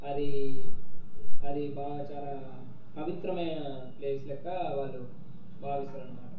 అది అది బాగా చాలా పవిత్రమైన ప్లేస్ లాగా వాళ్ళు భావిస్తారనమాట